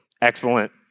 Excellent